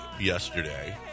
yesterday